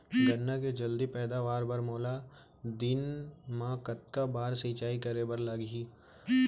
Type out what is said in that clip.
गन्ना के जलदी पैदावार बर, मोला दिन मा कतका बार सिंचाई करे बर लागही?